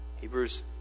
Hebrews